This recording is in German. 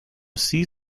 sie